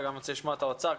ואני גם רוצה לשמוע את האוצר,